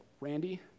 Randy